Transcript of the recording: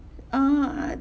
err